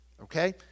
okay